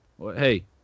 Hey